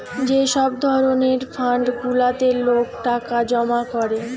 যে সব ধরণের ফান্ড গুলাতে লোক টাকা জমা করে